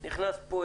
נכנס פה,